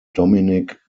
dominic